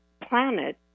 planet